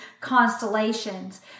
constellations